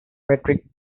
metric